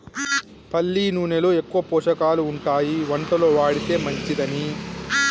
పల్లి నూనెలో ఎక్కువ పోషకాలు ఉంటాయి వంటలో వాడితే మంచిదని